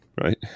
right